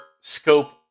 scope